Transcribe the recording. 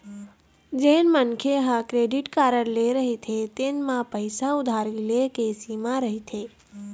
जेन मनखे ह क्रेडिट कारड ले रहिथे तेन म पइसा उधारी ले के सीमा रहिथे